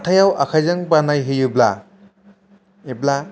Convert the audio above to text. हाथायाव आखायजों बानायहोयोब्ला एबा